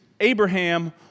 Abraham